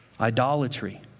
idolatry